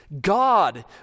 God